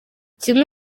kimwe